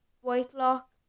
Whitelock